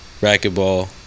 racquetball